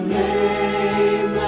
name